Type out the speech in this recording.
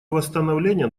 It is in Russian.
восстановления